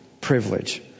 privilege